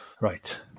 Right